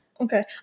Okay